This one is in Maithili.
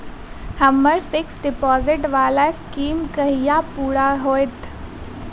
हम्मर फिक्स्ड डिपोजिट वला स्कीम कहिया पूरा हैत?